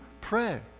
pray